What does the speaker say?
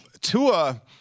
Tua